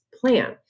plan